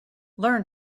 learn